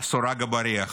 סורג ובריח.